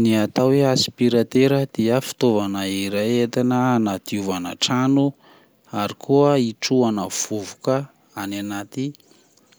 Ny atao hoe aspiratera dia fitaovana iray ho entina hanadiovana trano ary koa hitrohana vovoka any anty